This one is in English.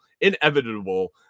inevitable